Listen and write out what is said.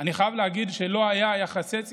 אני חייב להגיד שלא היו יחסי ציבור,